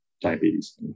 diabetes